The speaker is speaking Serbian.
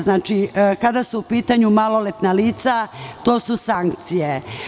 Znači, kada su u pitanju maloletna lica, to su sankcije.